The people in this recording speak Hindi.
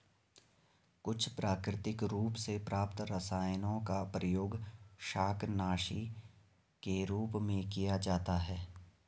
कुछ प्राकृतिक रूप से प्राप्त रसायनों का प्रयोग शाकनाशी के रूप में किया जाता है